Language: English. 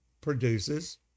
produces